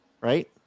Right